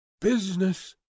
business